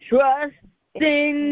Trusting